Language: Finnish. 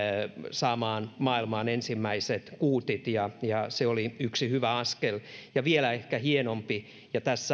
saamaan maailmaan ensimmäiset kuutit se oli yksi hyvä askel ja vielä ehkä hienompi